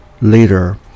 later